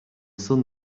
sun